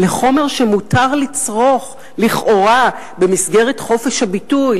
לחומר שמותר לצרוך לכאורה במסגרת חופש הביטוי.